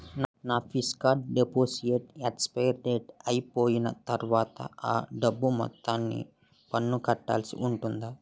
నా fixed deposit expiry date అయిపోయిన తర్వాత అ డబ్బు మొత్తానికి పన్ను కట్టాల్సి ఉంటుందా?